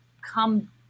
come